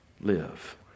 live